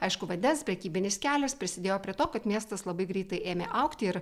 aišku vandens prekybinis kelias prisidėjo prie to kad miestas labai greitai ėmė augti ir